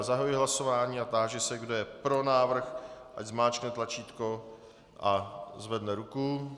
Zahajuji hlasování a táži se, kdo je pro návrh, ať zmáčkne tlačítko a zvedne ruku.